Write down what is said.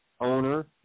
owner